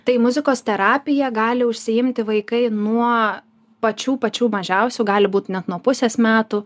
tai muzikos terapija gali užsiimti vaikai nuo pačių pačių mažiausių gali būt net nuo pusės metų